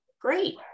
great